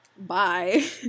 bye